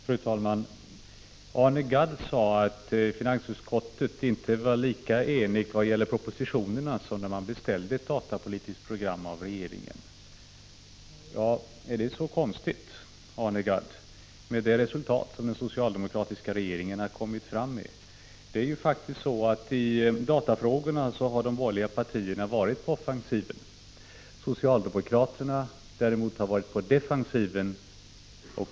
Fru talman! Arne Gadd sade att finansutskottet inte var lika enigt vad gäller propositionerna som när man beställde ett datapolitiskt program av regeringen. Är det så konstigt, Arne Gadd, med hänsyn till det resultat som den socialdemokratiska regeringen har lagt fram? I datafrågorna har faktiskt de borgerliga partierna varit på offensiven. Socialdemokraterna däremot har varit på defensiven.